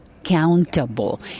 accountable